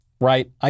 right